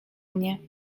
mnie